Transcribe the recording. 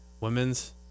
women's